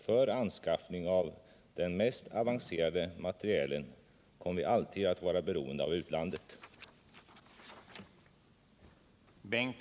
För anskaffning av den mest avancerade materielen kommer vi alltid att vara beroende av utlandet.